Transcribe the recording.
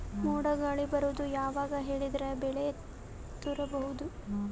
ಮೋಡ ಗಾಳಿ ಬರೋದು ಯಾವಾಗ ಹೇಳಿದರ ಬೆಳೆ ತುರಬಹುದು?